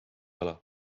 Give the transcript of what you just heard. ala